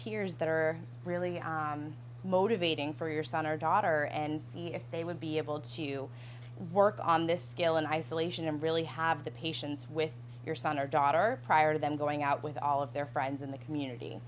peers that are really motivating for your son or daughter and see if they would be able to work on this scale in isolation and really have the patience with your son or daughter prior to them going out with all of their friends in the community